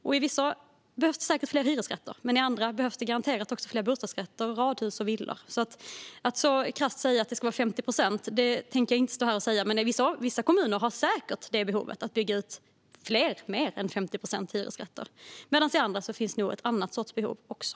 I vissa områden behövs det säkert fler hyresrätter, men i andra behövs det garanterat också fler bostadsrätter, radhus och villor. Att så kategoriskt säga att det ska vara 50 procent tänker jag inte stå här och göra. Men vissa kommuner har säkert behov av att bygga mer än 50 procent hyresrätter. I andra finns det nog behov av annat också.